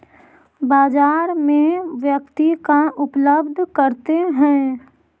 बाजार में व्यक्ति का उपलब्ध करते हैं?